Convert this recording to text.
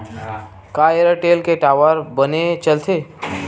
का एयरटेल के टावर बने चलथे?